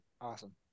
Awesome